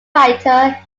writer